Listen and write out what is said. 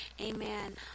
Amen